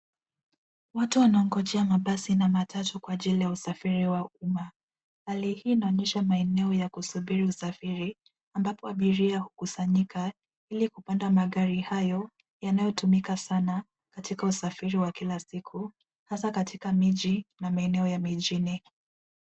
Watu wanangojea mabasi kwa usafiri wa umma. Hali hii inaonyesha maeneo ya kusubiri usafiri ambapo abiria hukusanyika ili kupanda magari hayo yananyotumika sana katika usafiri wa kila siku, hasa katika miji na maeneo ya mijini.